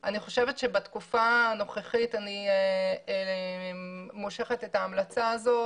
אני חושבת שבתקופה הנוכחית אני מושכת את ההמלצה הזאת,